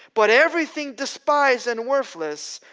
but everything despised and worthless,